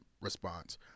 response